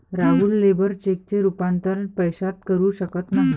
Rahul labour चेकचे रूपांतर पैशात करू शकत नाही